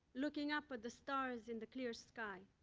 looking up at the stars in the clear sky.